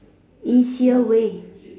easier way